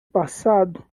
passado